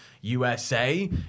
USA